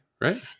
right